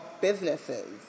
businesses